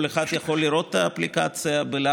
כל אחד יכול לראות את האפליקציה ב"לייב".